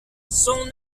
son